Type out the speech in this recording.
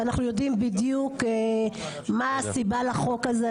אנחנו יודעים בדיוק מה הסיבה לחוק הזה.